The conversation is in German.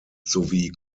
sowie